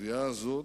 התביעה הזאת,